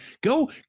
Go